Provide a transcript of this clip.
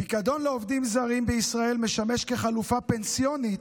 פיקדון לעובדים זרים בישראל משמש חלופה פנסיונית,